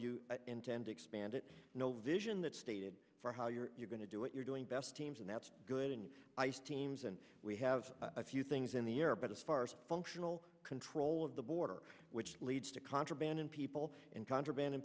you intend to expand it no vision that stated for how you're going to do it you're doing best teams and that's good and nice teams and we have a few things in the air but as far as functional control of the border which leads to contraband in people in contraband and